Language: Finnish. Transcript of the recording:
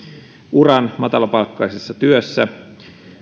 uran matalapalkkaisessa työssä työura